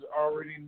already